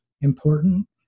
important